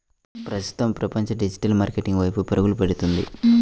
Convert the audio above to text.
ప్రస్తుతం ప్రపంచం digital marketing వైపు పరుగులు పెడుతుంది